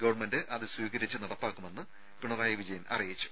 government അത് സ്വീകരിച്ച് നടപ്പാക്കുമെന്ന് പിണറായി വിജയൻ അറിയിച്ചു